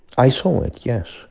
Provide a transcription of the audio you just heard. i saw it, yes.